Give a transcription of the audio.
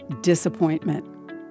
disappointment